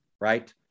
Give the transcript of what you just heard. right